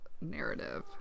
narrative